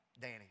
Danny